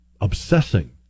obsessing